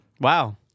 Wow